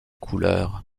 couleurs